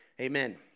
Amen